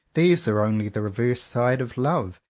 these are only the reverse side of love,